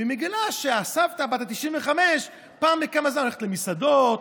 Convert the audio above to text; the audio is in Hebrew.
ומגלה שהסבתא בת ה-95 פעם בכמה זמן הולכת למסעדות,